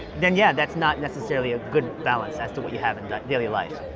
then, yeah, that's not necessarily a good balance as to what you have in daily life.